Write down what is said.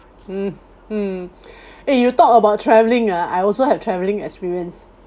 mm mm eh you talk about travelling ah I also have travelling experience